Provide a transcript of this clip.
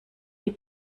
die